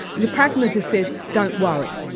the pragmatist says, don't worry,